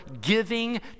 giving